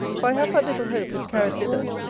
for i have but little hope, if carried thither,